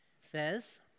says